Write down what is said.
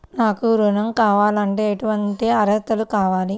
నాకు ఋణం కావాలంటే ఏటువంటి అర్హతలు కావాలి?